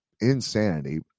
insanity